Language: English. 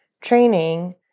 training